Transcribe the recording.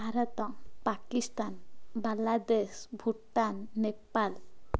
Bharat Pakistan Bangladesh Bhutan Nepal